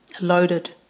loaded